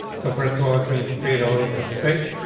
so first of all, let me create a little bit of space,